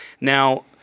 Now